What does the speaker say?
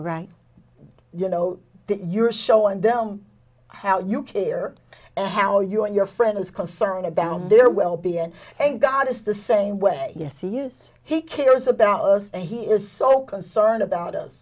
right you know that you're showing them how you care and how you and your friends concern about their well being thank god is the same way yes he is he cares about us and he is so concerned about us